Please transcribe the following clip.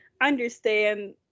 understand